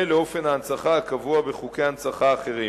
לאופן ההנצחה הקבוע בחוקי הנצחה אחרים.